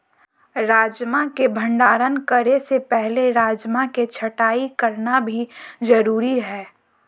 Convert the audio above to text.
राजमा के भंडारण करे से पहले राजमा के छँटाई करना भी जरुरी हय